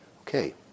Okay